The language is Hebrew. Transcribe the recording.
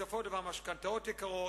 בסופו של דבר משכנתאות יקרות,